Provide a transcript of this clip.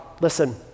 Listen